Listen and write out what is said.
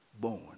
born